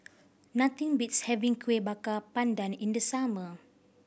nothing beats having Kuih Bakar Pandan in the summer